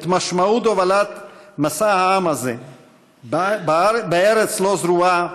את משמעות הובלת משא העם הזה בארץ לא זרועה,